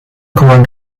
kołem